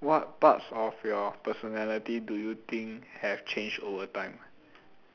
what parts of your personality do you think have changed over time